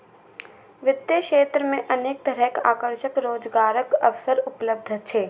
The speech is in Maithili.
वित्तीय क्षेत्र मे अनेक तरहक आकर्षक रोजगारक अवसर उपलब्ध छै